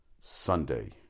Sunday